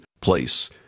place